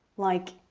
like,